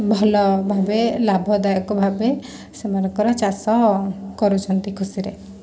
ଭଲ ଭାବେ ଲାଭଦାୟକ ଭାବେ ସେମାନଙ୍କର ଚାଷ କରୁଛନ୍ତି ଖୁସିରେ